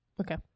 Okay